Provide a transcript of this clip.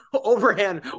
overhand